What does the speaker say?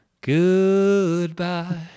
Goodbye